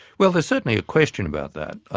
well there's certainly a question about that.